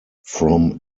from